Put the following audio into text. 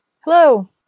Hello